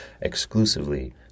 exclusively